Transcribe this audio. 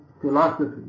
philosophy